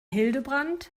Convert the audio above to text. hildebrand